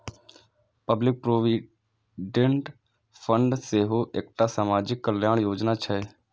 public provident fund सेहो एकटा सामाजिक कल्याण योजना छियै